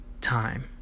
time